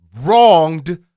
wronged